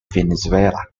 venezuela